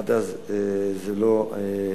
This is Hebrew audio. עד אז זה לא היה.